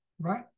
right